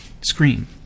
screen